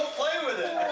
play with it!